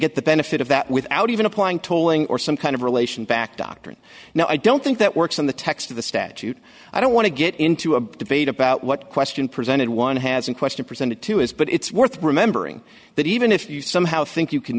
get the benefit of that without even applying tolling or some kind of relation back doctrine now i don't think that works on the text of the statute i don't want to get into a debate about what question presented one has in question presented to us but it's worth remembering that even if you somehow think you can